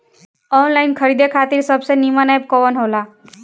Online खरीदे खातिर सबसे नीमन एप कवन हो ला?